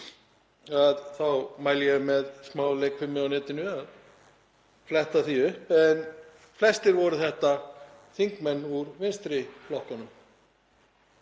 þá mæli ég með smá leikfimi á netinu og að fletta því upp, en flestir voru þetta þingmenn úr vinstri flokkunum;